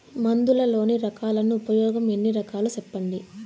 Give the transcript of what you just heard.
మందులలోని రకాలను ఉపయోగం ఎన్ని రకాలు? సెప్పండి?